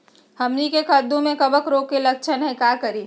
हमनी के कददु में कवक रोग के लक्षण हई का करी?